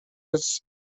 its